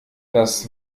das